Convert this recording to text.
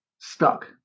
Stuck